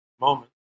moment